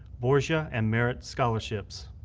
borgia and merit scholarships.